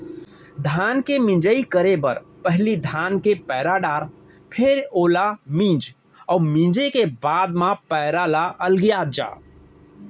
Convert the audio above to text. धान के मिंजई करे बर पहिली धान के पैर डार फेर ओला मीस अउ मिसे के बाद म पैरा ल अलगियात जा